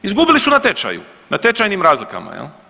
Izgubili su na tečaju, na tečajnim razlikama jel.